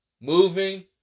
Moving